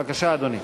בבקשה, אדוני.